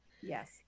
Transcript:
Yes